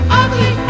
ugly